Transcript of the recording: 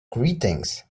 greetings